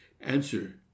Answer